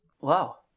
Wow